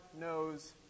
knows